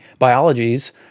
biologies